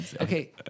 Okay